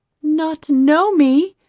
not know me,